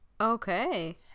Okay